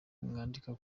mwandika